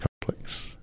complex